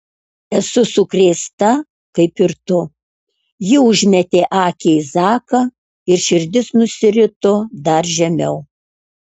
esu sukrėsta kaip ir tu ji užmetė akį į zaką ir širdis nusirito dar žemiau